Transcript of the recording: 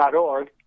org